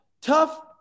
tough